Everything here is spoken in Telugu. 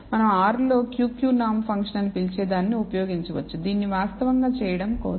మనం r లో Q Q norm ఫంక్షన్ అని పిలిచే దానిని ఉపయోగించవచ్చు దీనిని వాస్తవంగా చేయడం కోసం